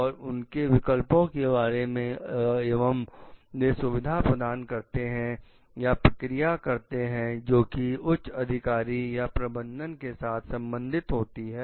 और उनके विकल्पों के बारे में एवं वे सुविधा प्रदान करते हैं तथा प्रक्रिया करते हैं जो कि उच्च अधिकारी या प्रबंधन के साथ संबंधित होती है